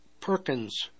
Perkins